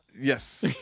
Yes